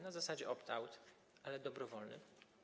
Na zasadzie opt-out, ale dobrowolny.